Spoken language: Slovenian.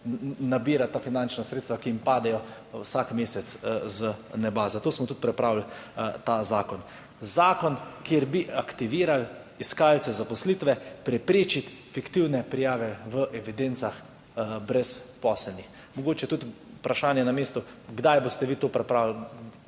nabirat finančna sredstva, ki njim padejo vsak mesec z neba. Zato smo tudi pripravili ta zakon, zakon, kjer bi aktivirali iskalce zaposlitve, preprečiti fiktivne prijave v evidencah brezposelnih. Mogoče tudi vprašanje na mestu: kdaj boste vi to pripravili,